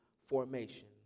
formation